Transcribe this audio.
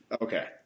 Okay